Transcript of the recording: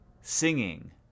singing